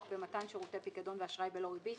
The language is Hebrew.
במתן שירותי פיקדון ואשראי בלא ריבית